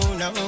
no